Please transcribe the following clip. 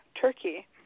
Turkey